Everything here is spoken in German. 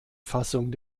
fassung